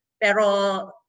Pero